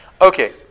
Okay